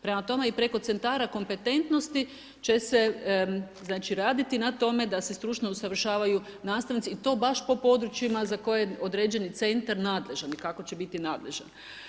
Prema tome i preko centara kompetentnosti će se, znači raditi na tome da se stručno usavršavaju nastavnici i to baš po područjima za koje je određeni centar nadležan i kako će biti nadležan.